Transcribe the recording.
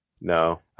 No